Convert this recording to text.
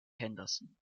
henderson